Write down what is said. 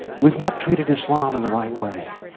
we have not treated islam in the right way.